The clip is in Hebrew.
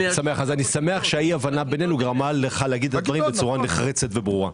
אני שמח שאי ההבנה בינינו גרמה לך לומר את הדברים בצורה נחרצת וברורה.